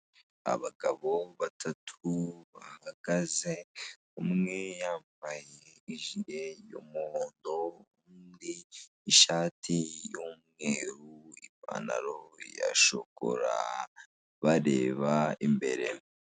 Abagabo batatu bahagaze, umwe yambaye ijire y'umuhondondo, ishati y'umweru, ipantaro ya shokora, bareba imbere.